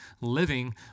living